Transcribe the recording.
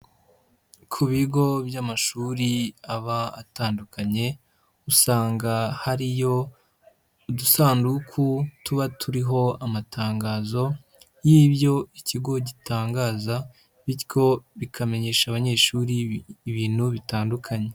Ku bigo by'amashuri aba atandukanye, usanga hariyo udusanduku tuba turiho amatangazo y'ibyo ikigo gitangaza, bityo bikamenyesha abanyeshuri ibintu bitandukanye